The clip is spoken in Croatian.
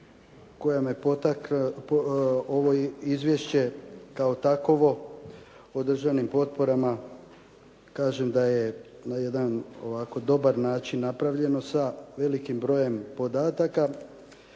koja me, ovo izvješće kao takovo o državnim potporama kažem da je na jedan ovako dobar način napravljeno sa velikim brojem podataka.